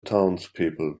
townspeople